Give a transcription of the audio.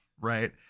right